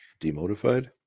demotified